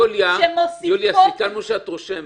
יוליה, סיכמנו שאת רושמת.